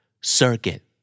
Circuit